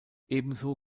ebenso